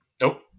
Nope